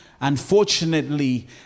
unfortunately